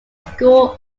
school